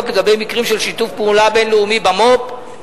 לגבי מקרים של שיתוף פעולה בין-לאומי במו"פ.